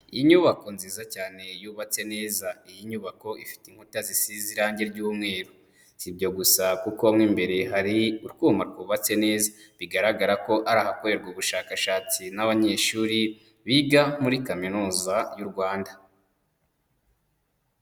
Inyubako nziza cyane yubatse neza, iyi nyubako ifite inkuta zisize irange ry'umweru, si ibyo gusa kuko mo imbere hari utwuma twubatse neza, bigaragara ko ari ahakorerwa ubushakashatsi n'abanyeshuri biga muri Kaminuza y'u Rwanda.